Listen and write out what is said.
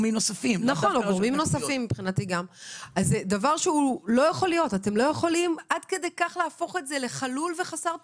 אתם לא יכולים להפוך את זה עד כדי כך לחלול ולחסר תוכן.